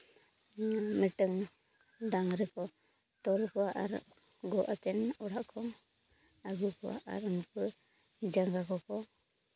ᱢᱤᱫᱴᱟᱱ ᱰᱟᱝᱨᱤ ᱠᱚ ᱛᱚᱞ ᱠᱚᱣᱟ ᱟᱨ ᱜᱚᱜ ᱠᱟᱛᱮᱫ ᱚᱲᱟᱜ ᱠᱚ ᱟᱹᱜᱩ ᱠᱚᱣᱟ ᱟᱨ ᱩᱱᱠᱩ ᱡᱟᱸᱜᱟ ᱠᱚ ᱠᱚ